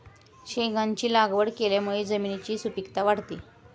शेंगांची लागवड केल्यामुळे जमिनीची सुपीकता वाढते